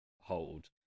hold